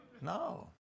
No